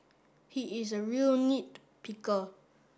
he is a real nit picker